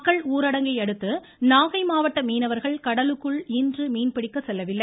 மக்கள் ஊரடங்கையடுத்து நாகை மாவட்ட மீனவர்கள் கடலுக்குள் இன்று மீன்பிடிக்க செல்லவில்லை